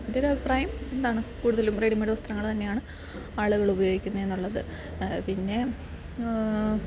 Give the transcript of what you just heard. എൻ്റെ ഒരു അഭിപ്രായം എന്താണ് കൂടുതലും റെഡിമേയ്ഡ് വസ്ത്രങ്ങൾ തന്നെയാണ് ആളുകൾ ഉപയോഗിക്കുന്നത് എന്നുള്ളത് പിന്നെ